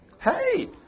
Hey